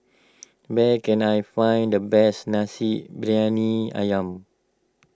where can I find the best Nasi Briyani Ayam